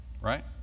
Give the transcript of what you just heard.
right